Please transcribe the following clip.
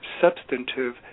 substantive